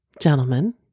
Gentlemen